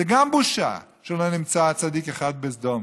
זו גם בושה שלא נמצא צדיק אחד בסדום.